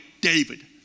David